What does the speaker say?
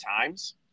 times